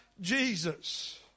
Jesus